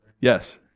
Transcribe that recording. Yes